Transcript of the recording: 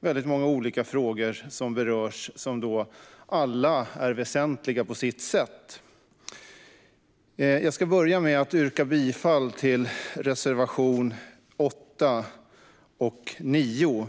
väldigt många olika frågor som berörs som alla är väsentliga på sitt sätt. Jag ska börja med att yrka bifall till reservationerna 8 och 9.